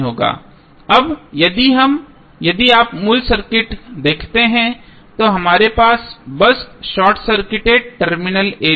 अब यदि आप मूल सर्किट देखते हैं तो हमारे पास बस short circuited terminal a b है